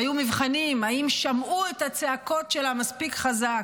והיו מבחנים: האם שמעו את הצעקות שלה מספיק חזק?